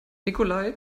nikolai